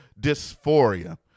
dysphoria